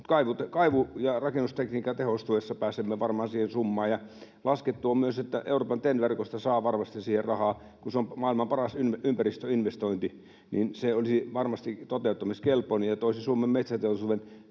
kaivu‑ ja rakennustekniikan tehostuessa pääsemme varmaan siihen summaan. Laskettu on myös, että Euroopan TEN-verkosta saa varmasti siihen rahaa, kun se on maailman paras ympäristöinvestointi. Se olisi varmasti toteuttamiskelpoinen ja toisi Suomen metsäteollisuuden